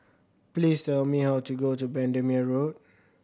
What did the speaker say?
please tell me how to go to Bendemeer Road